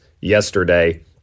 yesterday